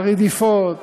הרדיפות,